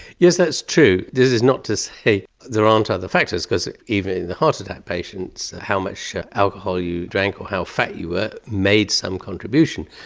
yes, that's true. this is not to say there aren't other factors because even in the heart attack patients, how much alcohol you drank or how fat you were made some contribution.